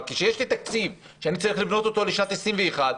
אבל כשיש תקציב שאני צריך לבנות אותו לשנת 2021,